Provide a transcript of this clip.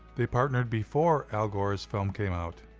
they partnered before al gore's film came out.